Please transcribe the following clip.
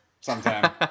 sometime